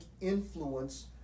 influence